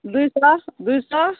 दूइ सए दूइ सए